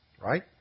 Right